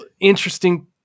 interesting